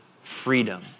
freedom